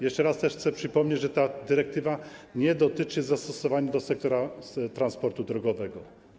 Jeszcze raz chcę przypomnieć, że ta dyrektywa nie ma zastosowania do sektora transportu drogowego.